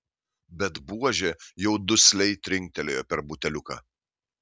bet buožė jau dusliai trinktelėjo per buteliuką